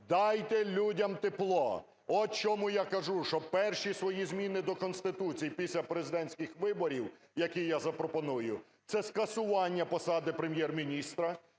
Дайте людям тепло! От чому я кажу, що перші свої зміни до Конституції після президентських виборів, які я запропоную, – це скасування посади Прем’єр-міністра,